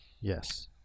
Yes